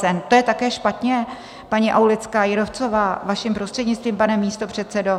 To je také špatně, paní Aulická Jírovcová, vaším prostřednictvím, pane místopředsedo?